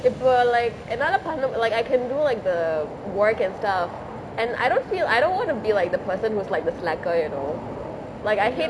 இப்ப:ippe like என்னாலே பண்ண~:ennalae panna~ like I can do like the work and stuff and I don't feel I don't want to be like the person who's like the slacker you know like I hate